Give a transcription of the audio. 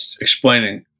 explaining